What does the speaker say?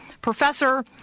professor